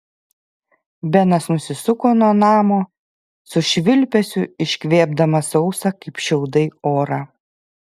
benas nusisuko nuo namo su švilpesiu iškvėpdamas sausą kaip šiaudai orą